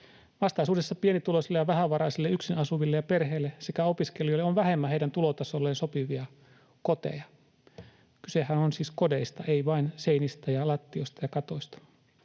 Vastaisuudessa pienituloisille ja vähävaraisille yksin asuville ja perheille sekä opiskelijoille on vähemmän heidän tulotasolleen sopivia koteja. Kysehän on siis kodeista, ei vain seinistä ja lattioista ja katoista.